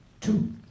Two